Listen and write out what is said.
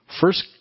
first